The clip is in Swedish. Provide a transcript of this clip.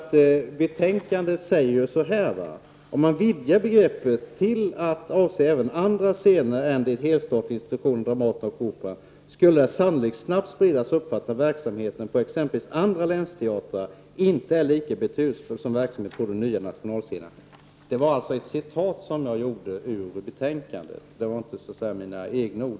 I betänkandet heter det: ”Om man vidgar begreppet till att avse även andra scener än de helstatliga institutionerna Dramaten och Operan skulle det sannolikt snabbt spridas uppfattningen att verksamheten på exempelvis andra länsteatrar inte är lika betydelsefull som verksamheten på de nya national scenerna.” Det var ett citat som jag gjorde ur betänkandet; det var alltså inte mina egna ord.